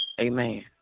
Amen